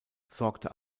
sorgte